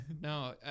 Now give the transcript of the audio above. No